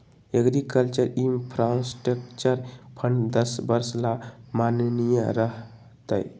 agriculture infrastructure fund दस वर्ष ला माननीय रह तय